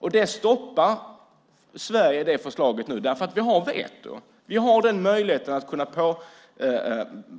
Sverige stoppar nu förslaget, därför att vi har veto och har möjligheten